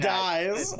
dies